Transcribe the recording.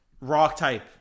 Rock-type